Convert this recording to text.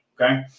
Okay